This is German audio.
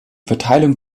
verteilung